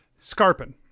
Scarpin